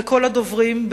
וכל הדוברים כולם,